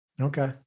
okay